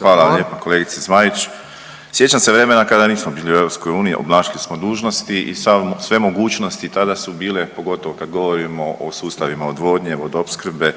vam lijepa kolegice Zmaić. Sjećam se vremena kada nismo bili u EU obnašali smo dužnosti i sve mogućnosti tada su bile pogotovo kad govorimo o sustavima odvodnje, vodoopskrbe,